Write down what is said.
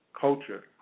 culture